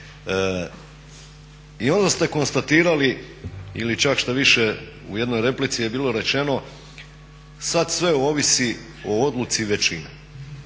I onda ste konstatirali ili čak štoviše u jednoj replici je bilo rečeno sad sve ovisi o odluci većine.